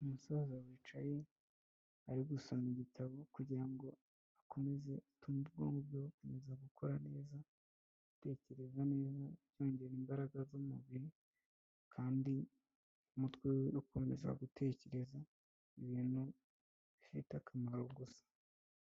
Umusaza wicaye ari gusoma igitabo kugirango akomeze atu ubwonko bwe bukomeza gukora neza, gutekereza neza byongera imbaraga z'umubiri kandi umutwe ukomeza gutekereza ibintu bifite akamaro gusa.